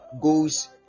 goes